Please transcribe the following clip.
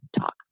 talk